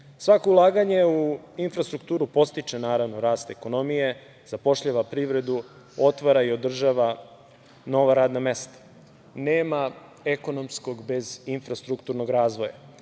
Svako ulaganje u infrastrukturu podstiče, naravno, rast ekonomije, zapošljava privredu, otvara i održava nova radna mesta. Nema ekonomskog bez infrastrukturnog razvoja.